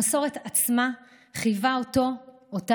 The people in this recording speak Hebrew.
המסורת עצמה חייבה אותו, אותנו,